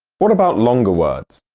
what about longer words?